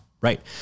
Right